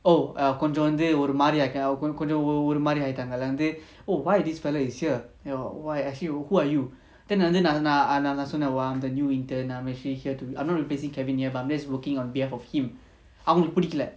oh err கொஞ்சம்வந்துஒருமாதிரிஒருமாதிரிஆயிட்டாங்க:konjam vandhu orumadhiri orumadhiri aayitanga oh why this fellow is here and why actually who are you then வந்துநான்சொன்னேன்:vandhu nan sonnen I'm the new intern I'm actually here to I'm not replacing kevin ya but I'm just working on behalf of him அவங்களுக்குபிடிக்கல:avangaluku pidikala